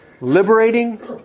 liberating